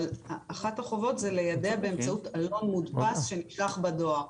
אבל אחת החובות זה ליידע באמצעות עלון מודפס שנשלח בדואר,